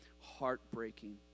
heartbreaking